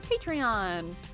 Patreon